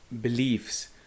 beliefs